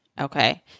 okay